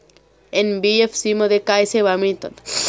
NBFC मध्ये काय सेवा मिळतात?